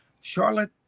Charlotte